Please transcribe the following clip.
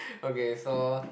okay so